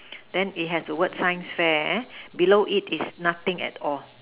then is have what is sign fair bellow it is nothing at all